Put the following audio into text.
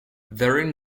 during